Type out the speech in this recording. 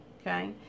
Okay